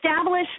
Establish